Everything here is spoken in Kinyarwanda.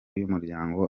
y’umuryango